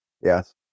Yes